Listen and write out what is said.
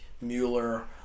Mueller